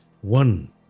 one